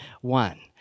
one